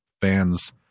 fans